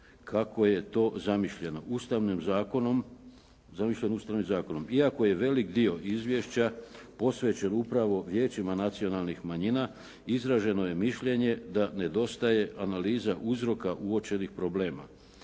kako je to zamišljeno Ustavnim zakonom. Iako je velik dio izvješća posvećen upravo vijećima nacionalnih manjina izraženo je mišljenje da nedostaje analiza uzroka uočenih problema.